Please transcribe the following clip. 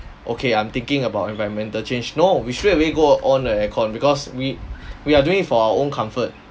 okay I'm thinking about environmental change no we straight away go on the air con because we we are doing it for our own comfort